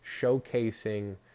showcasing